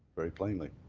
very plainly.